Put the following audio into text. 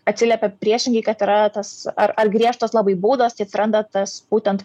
atsiliepia priešingai kad yra tas ar ar griežtos labai baudos tai atsiranda tas būtent